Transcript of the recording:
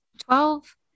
Twelve